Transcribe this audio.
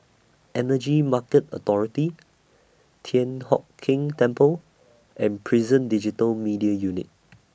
Energy Market Authority Thian Hock Keng Temple and Prison Digital Media Unit